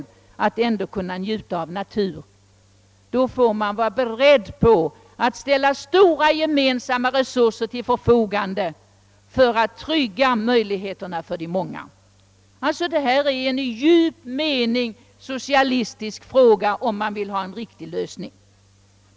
Vill man åstadkomma detta och trygga möjligheterna för de många måste man vara beredd att ställa stora gemensamma resurser till förfogande. Det är en i djup mening socialistisk fråga, om man vill åstadkomma en riktig lösning.